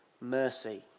mercy